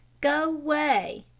go way!